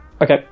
Okay